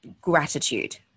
gratitude